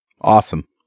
Awesome